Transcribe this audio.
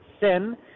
sin